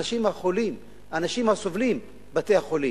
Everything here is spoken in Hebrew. האנשים החולים, האנשים הסובלים בבתי-החולים.